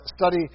study